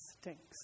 stinks